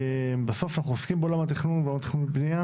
בסוף אנחנו עוסקים בעולם התכנון והבנייה